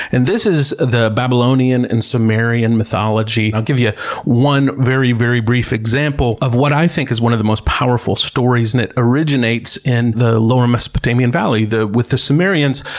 and this is the babylonian and sumerian mythology. i'll give you one very very brief example of what i think is one of the most powerful stories, and it originates in the lower mesopotamian valley, with the sumerians,